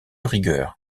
rigueur